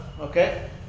Okay